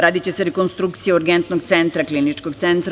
Radiće se rekonstrukcija Urgentnog centra Kliničkog centra.